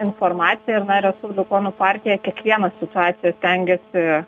informacija respublikonų partija kiekvieną situaciją stengiasi